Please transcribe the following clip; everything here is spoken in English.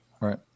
right